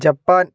Japan